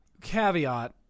caveat